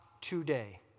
today